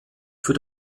für